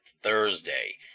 Thursday